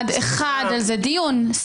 בהסכמת המועמד ובהסכמת נשיא בית המשפט העליון,